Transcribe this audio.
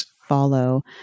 follow